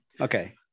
Okay